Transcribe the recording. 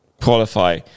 qualify